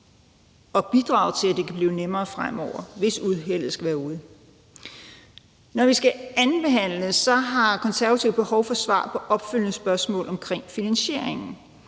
og bidrage til, at det kan blive nemmere fremover, hvis uheldet skulle være ude. Når vi skal andenbehandle forslaget, har Konservative behov for svar på opfølgende spørgsmål omkring finansieringen.